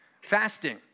fasting